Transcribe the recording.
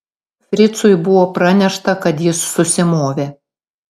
fricui buvo pranešta kad jis susimovė